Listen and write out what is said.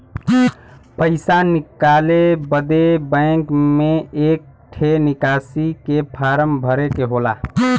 पइसा निकाले बदे बैंक मे एक ठे निकासी के फारम भरे के होला